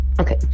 Okay